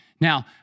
Now